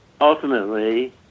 Ultimately